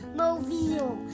mobile